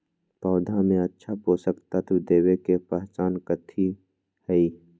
पौधा में अच्छा पोषक तत्व देवे के पहचान कथी हई?